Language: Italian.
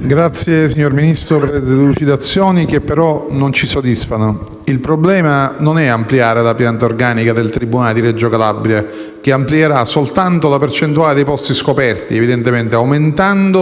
ringrazio per le delucidazioni che, però, non ci soddisfano. Il problema non è ampliare la pianta organica del tribunale di Reggio Calabria, che amplierà soltanto la percentuale dei posti scoperti, aumentando i posti che già sono scoperti.